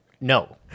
No